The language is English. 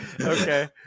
Okay